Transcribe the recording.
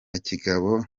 kigabo